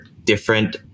different